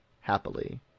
happily